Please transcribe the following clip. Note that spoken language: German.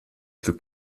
glück